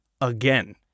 again